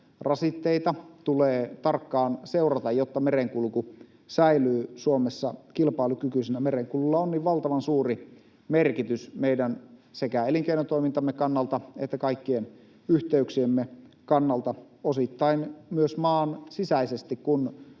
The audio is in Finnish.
kustannusrasitteita tulee tarkkaan seurata, jotta merenkulku säilyy Suomessa kilpailukykyisenä. Merenkululla on niin valtavan suuri merkitys meidän sekä elinkeinotoimintamme kannalta että kaikkien yhteyksiemme kannalta, osittain myös maan sisäisesti, kun